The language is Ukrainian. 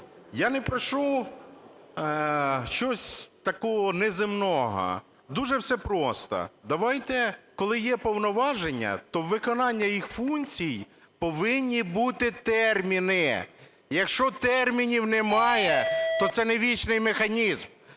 Я не прошу щось такого неземного, дуже все просто. Давайте, коли є повноваження, то виконання їх функцій повинні бути терміни. Якщо термінів немає, то це не вічний механізм.